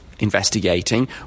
Investigating